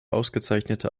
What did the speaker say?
ausgezeichnete